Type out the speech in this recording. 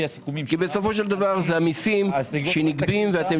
בסופו של דבר אלה המיסים שנגבים ואתם